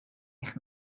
eich